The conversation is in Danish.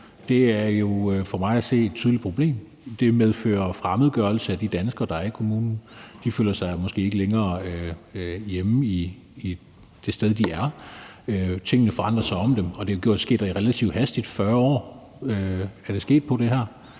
Det er jo for mig at se et tydeligt problem. Det medfører fremmedgørelse af de danskere, der er i kommunen. De føler sig måske ikke længere hjemme det sted, de er. Tingene forandrer sig rundtomkring dem, og det er sket relativt hastigt. 40 år er det her sket på.